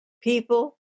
people